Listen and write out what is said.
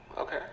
okay